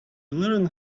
learned